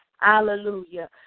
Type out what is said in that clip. Hallelujah